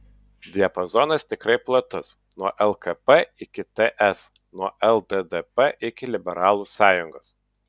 diapazonas tikrai platus nuo lkp iki ts nuo lddp iki liberalų sąjungos